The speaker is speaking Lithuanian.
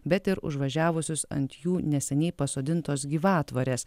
bet ir užvažiavusius ant jų neseniai pasodintos gyvatvorės